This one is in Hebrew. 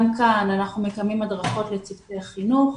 גם כאן אנחנו מקיימים הדרכות לצוותי החינוך.